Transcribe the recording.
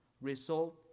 result